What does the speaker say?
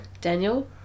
Daniel